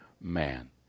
man